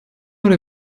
oder